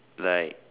like